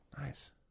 Nice